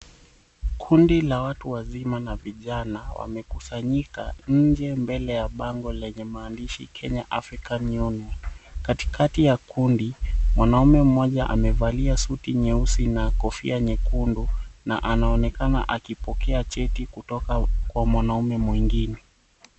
Kundi la watu wazima na vijana, wamekusanyika nje mbele ya bango lenye maandishi Kenya African Union. Katikati ya kundi, mwanamume mmoja amevalia suti nyeusi na kofia nyekundu na anaonekana kupokea cheti kutoka kwa mwanamume mwengine.